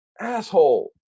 asshole